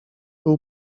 był